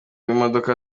imodoka